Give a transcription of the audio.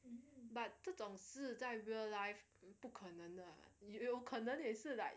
but 这种是在 real life 不可能的有可能也是 like